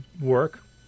work